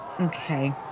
Okay